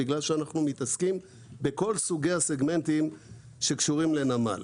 בגלל שאנחנו מתעסקים בכל סוגי הסגמנטים שקשורים לנמל.